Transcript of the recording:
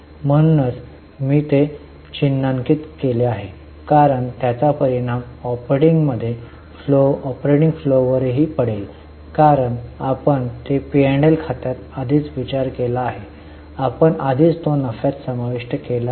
म्हणूनच मी ते चिन्हांकित केले आहे कारण त्याचा परिणाम ऑपरेटिंग फ्लोवरही पडेल कारण आपण पी आणि एल खात्यात आधीच विचार केला आहे आपण आधीच तो नफ्यात समाविष्ट केला आहे